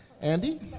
Andy